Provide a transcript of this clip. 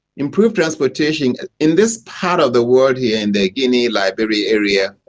improved transportation in this part of the world here, in the guinea, liberia area,